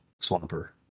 Swamper